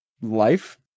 life